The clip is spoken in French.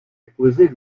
épouser